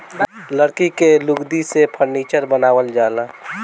लकड़ी के लुगदी से फर्नीचर बनावल जाला